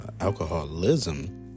alcoholism